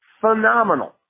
phenomenal